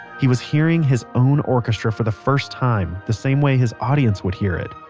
he was hearing his own orchestra for the first time the same way his audience would hear it.